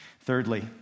Thirdly